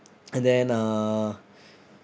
and then uh